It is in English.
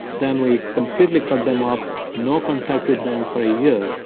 then we completely cut them off, no contact with them for a year.